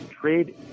trade